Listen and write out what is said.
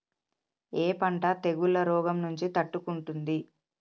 ఏ పంట తెగుళ్ల రోగం నుంచి తట్టుకుంటుంది?